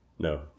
no